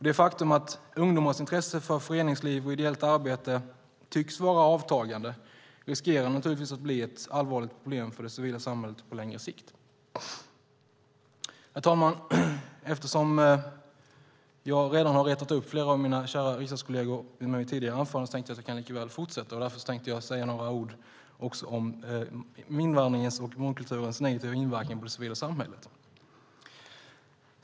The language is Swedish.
Det faktum att ungdomars intresse för föreningsliv och ideellt arbete tycks vara avtagande riskerar naturligtvis att bli ett allvarligt problem för det civila samhället på längre sikt. Herr talman! Eftersom jag redan har retat upp flera av mina kära riksdagskolleger i mitt tidigare anförande kan jag likaväl fortsätta. Därför tänkte jag säga några ord också om invandringens och mångkulturens negativa inverkan på det civila samhället.